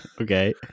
okay